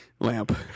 Lamp